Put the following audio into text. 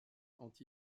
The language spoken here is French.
anti